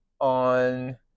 on